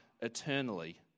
eternally